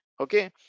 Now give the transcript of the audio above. Okay